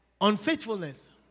unfaithfulness